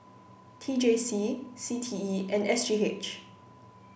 T J C C T E and S G H